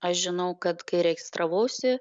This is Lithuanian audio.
aš žinau kad kai registravausi